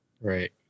Right